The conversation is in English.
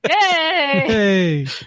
yay